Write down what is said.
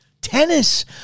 Tennis